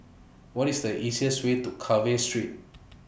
What IS The easiest Way to Carver Street